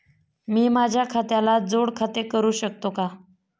मी माझ्या खात्याला जोड खाते करू शकतो का?